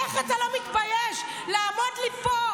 איך אתה לא מתבייש לעמוד לי פה,